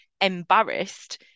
embarrassed